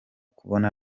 kuba